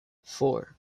four